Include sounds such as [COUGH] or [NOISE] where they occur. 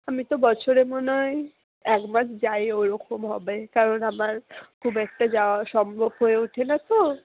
আমি তো বছরে মনে হয় এক [UNINTELLIGIBLE] যাই ওরকম হবে কারণ আমার খুব একটা যাওয়া সম্ভব হয়ে ওঠে না তো